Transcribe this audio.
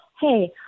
Hey